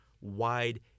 wide